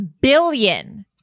billion